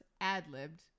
ad-libbed